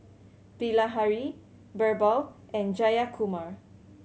Bilahari Birbal and Jayakumar